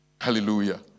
Hallelujah